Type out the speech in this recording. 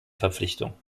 verpflichtung